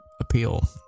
Appeal